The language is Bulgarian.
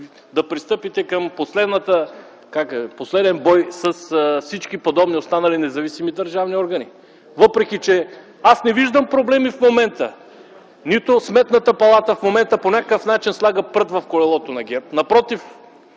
да пристъпите към последен бой с всички подобни останали независими държавни органи. Въпреки, че аз не виждам проблеми в момента. Нито от Сметната палата в момента по някакъв начин слагат прът в колелото на ГЕРБ, напротив